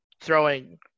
throwing